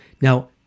Now